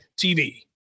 TV